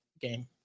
game